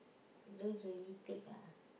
lose really take lah